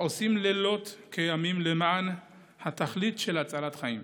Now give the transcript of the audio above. העושים לילות כימים למען התכלית של הצלת חיים.